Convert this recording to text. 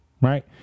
right